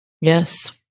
Yes